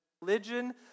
religion